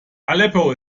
aleppo